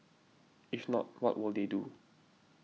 if not what will they do